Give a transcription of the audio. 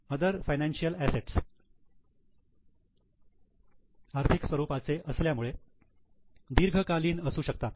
other financial assets आर्थिक स्वरूपाचे असल्यामुळे दीर्घकालीन असू शकतात